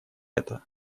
это